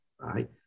right